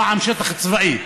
פעם שטח צבאי.